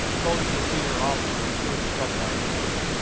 phoning his senior officer as soon as he saw the last name.